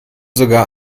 sogar